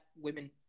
women